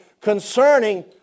concerning